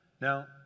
Now